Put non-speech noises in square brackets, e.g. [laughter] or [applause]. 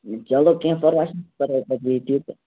چلو کیٚنٛہہ پَراوے چھُنہٕ [unintelligible]